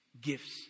gifts